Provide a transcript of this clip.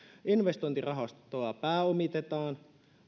investointirahastoa pääomitetaan